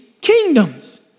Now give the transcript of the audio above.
kingdoms